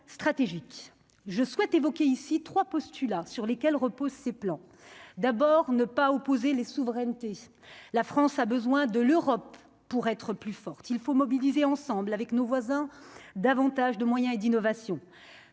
stratégique je souhaite évoquer ici 3 postulats sur lesquels reposent ces plans d'abord ne pas opposer les souverainetés, la France a besoin de l'Europe, pour être plus forte, il faut mobiliser ensemble avec nos voisins, davantage de moyens et d'innovation